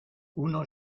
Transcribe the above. uno